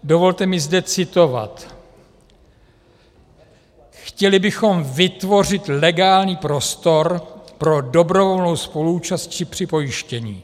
Dovolte mi zde citovat: Chtěli bychom vytvořit legální prostor pro dobrovolnou spoluúčast při připojištění.